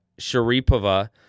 Sharipova